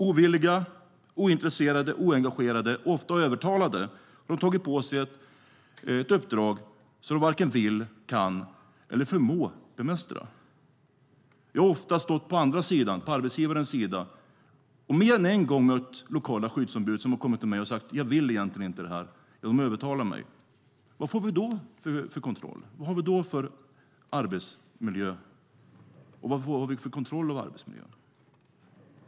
Ovilliga, ointresserade, oengagerade och ofta övertalade har de tagit på sig ett uppdrag som de varken vill, kan eller förmår bemästra. Jag har ofta stått på andra sidan, på arbetsgivarens sida, och mer än en gång mött lokala skyddsombud som har sagt: Jag vill egentligen inte det här, de övertalade mig. Vad får vi då för arbetsmiljö och vad har vi för kontroll av arbetsmiljön?